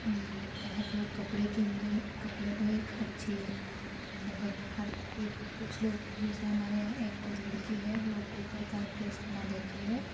चाहे वह कपड़े के में कपड़े को एक अच्छी मतलब हर के कुछ लोग जैसे हमारे यहाँ एक लड़की है वह ड्रेस का ड्रेस बना देती है